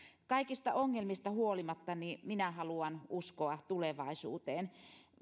kaikista ongelmista huolimatta minä haluan uskoa tulevaisuuteen